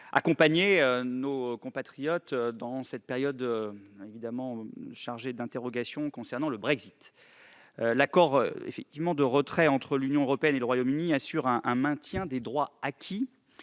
accompagner dans cette période chargée d'interrogations concernant le Brexit. L'accord de retrait entre l'Union européenne et le Royaume-Uni assure un maintien des droits acquis